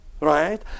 right